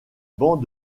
bancs